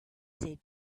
said